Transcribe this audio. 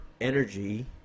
energy